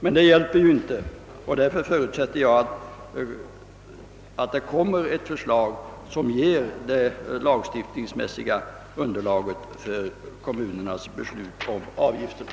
Men det hjälper ju inte, och därför förutsätter jag att ett förslag kommer att framläggas, som ger det lagstiftningsmässiga underlaget = för kommunernas beslut om avgifterna.